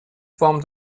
from